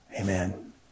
amen